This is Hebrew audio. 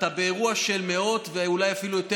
ואתה באירוע של מאות ואולי אפילו יותר,